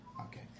Okay